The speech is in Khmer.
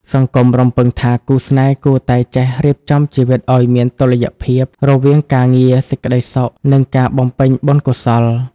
សង្គមរំពឹងថា គូស្នេហ៍គួរតែ "ចេះរៀបចំជីវិតឱ្យមានតុល្យភាព" រវាងការងារ សេចក្ដីសុខ និងការបំពេញបុណ្យកុសល។